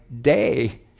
day